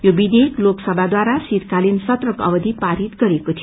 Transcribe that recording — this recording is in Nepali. यो विषेयक लोकसभाद्वारा शीतकालिन सत्रको अवधि पारित गरिएको थियो